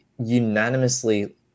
unanimously